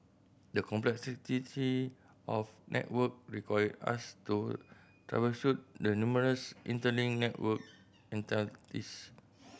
the complexity of network required us to troubleshoot the numerous interlinked network entities